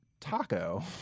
taco